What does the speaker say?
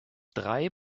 drei